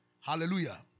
Hallelujah